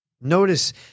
Notice